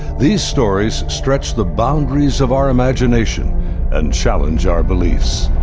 these stories stretch the boundaries of our imagination and challenge our beliefs.